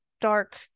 dark